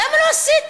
למה לא עשיתם?